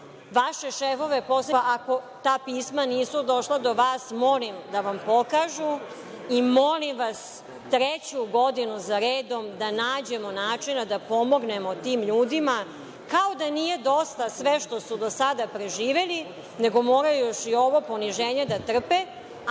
Vaše šefove poslaničkih grupa, ako ta pisma nisu došla do vas, molim da vam pokažu i molim vas treću godinu za redom da nađemo načina da pomognemo tim ljudima. Kao da nije dosta sve što su do sada preživeli, nego moraju još i ovo poniženje da trpe,